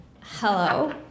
Hello